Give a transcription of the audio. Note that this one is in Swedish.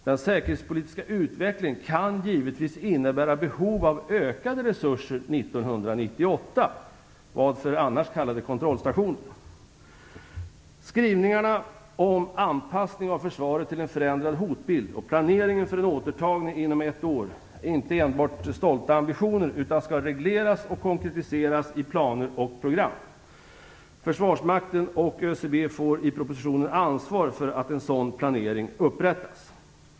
Den säkerhetspolitiska utvecklingen kan givetvis innebära behov av ökade resurser år 1998. Varför skulle vi annars kalla det kontrollstation? Skrivningarna om anpassning av försvaret till en förändrad hotbild och planeringen för en återtagning inom ett år är inte enbart stolta ambitioner utan skall regleras och konkretiseras i planer och program. Försvarsmakten och ÖCB får i förslaget i propositionen ansvar för att en sådan planering upprättas.